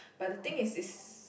but the thing is is